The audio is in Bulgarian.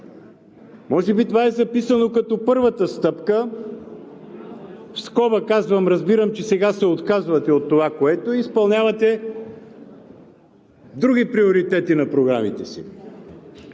Може би това е записано като първата стъпка, в скоба казвам, разбирам, че сега се отказвате от това, което е и изпълнявате други приоритети на програмите си.